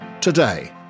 Today